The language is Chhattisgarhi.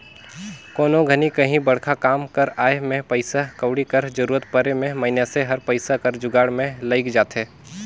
कोनो घनी काहीं बड़खा काम कर आए में पइसा कउड़ी कर जरूरत परे में मइनसे हर पइसा कर जुगाड़ में लइग जाथे